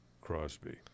Crosby